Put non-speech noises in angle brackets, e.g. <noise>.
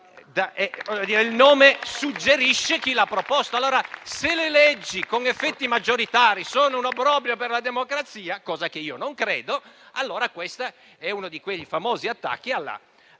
il nome suggerisce chi l'ha proposta. <applause> Allora, se le leggi con effetti maggioritari sono un obbrobrio per la democrazia (cosa che io non credo), allora questo è uno di quei famosi attacchi alla figura